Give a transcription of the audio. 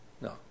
no